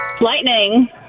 Lightning